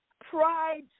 Pride